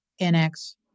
NX